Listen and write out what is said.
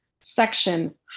section